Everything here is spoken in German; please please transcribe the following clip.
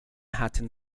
hatten